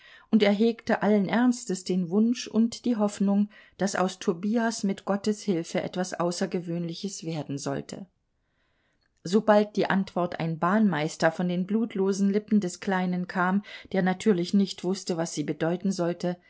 und er hegte allen ernstes den wunsch und die hoffnung daß aus tobias mit gottes hilfe etwas außergewöhnliches werden sollte sobald die antwort ein bahnmeister von den blutlosen lippen des kleinen kam der natürlich nicht wußte was sie bedeuten sollte